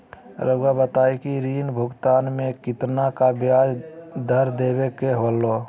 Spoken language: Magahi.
रहुआ बताइं कि ऋण भुगतान में कितना का ब्याज दर देवें के होला?